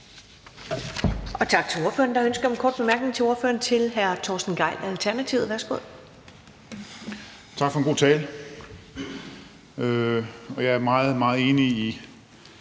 Tak for en god tale. Og jeg er meget, meget enig i